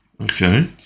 Okay